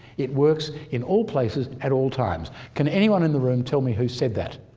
it works in all places, at all times can anyone in the room tell me who said that,